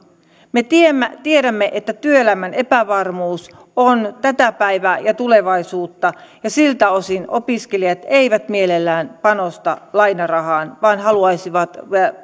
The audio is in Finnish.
me tiedämme me tiedämme että työelämän epävarmuus on tätä päivää ja tulevaisuutta ja siltä osin opiskelijat eivät mielellään panosta lainarahaan vaan haluaisivat